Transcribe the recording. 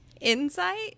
Insight